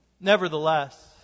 Nevertheless